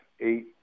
eight